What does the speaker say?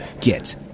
get